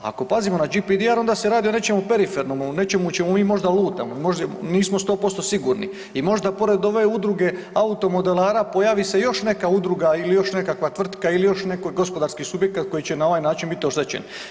Ako pazimo na GPDR onda se radi o nečemu perifernom, o nečemu u čemu mi možda lutamo, možda nismo 100% sigurni i možda pored ove udruge automodelara pojavi se još neka udruga ili još nekakva tvrtka ili još neki gospodarski subjekat koji će na ovaj način biti oštećen.